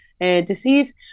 disease